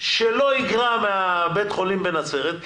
שלא יגרע מבית-החולים בנצרת,